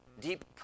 deep